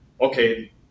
okay